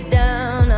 down